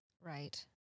Right